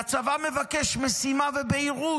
והצבא מבקש משימה ובהירות.